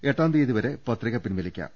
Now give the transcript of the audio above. എട്ടാം തിയ്യതി വരെ പത്രിക പിൻവലിക്കാം